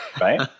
right